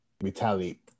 retaliate